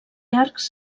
arcs